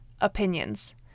opinions